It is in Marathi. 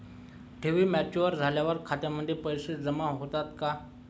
ठेवी मॅच्युअर झाल्यावर खात्यामध्ये पैसे जमा होतात का?